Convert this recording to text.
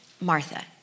Martha